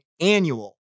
annual